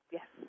Yes